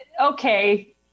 okay